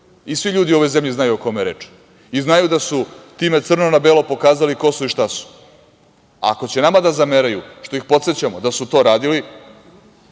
Svi u ovoj zemlji znaju o kome je reč. Znaju da su time crno na belo pokazali ko su i šta su. Ako će nama da zameraju što ih podsećamo da su to radili,